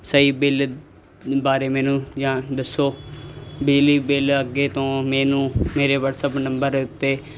ਸਹੀ ਬਿੱਲ ਬਾਰੇ ਮੈਨੂੰ ਜਾਂ ਦੱਸੋ ਬਿਜਲੀ ਬਿੱਲ ਅੱਗੇ ਤੋਂ ਮੈਨੂੰ ਮੇਰੇ ਵਟਸਅੱਪ ਨੰਬਰ ਉੱਤੇ